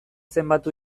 zenbatu